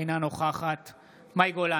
אינה נוכחת חיים ביטון,